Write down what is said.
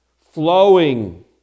flowing